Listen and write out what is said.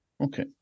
Okay